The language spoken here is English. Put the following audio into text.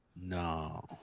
No